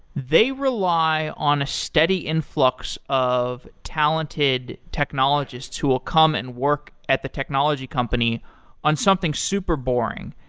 they rely on a steady influx of talented technologists who will come and work at the technology company on something super boring.